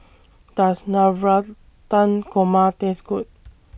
Does Navratan Korma Taste Good